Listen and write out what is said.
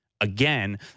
again